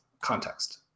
context